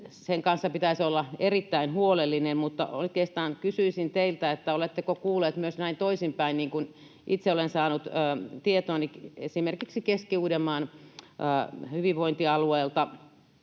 Sen kanssa pitäisi olla erittäin huolellinen, mutta oikeastaan kysyisin teiltä, oletteko kuullut myös tästä toisinpäin. Itse olen saanut tietooni esimerkiksi Keski-Uudenmaan hyvinvointialueelta,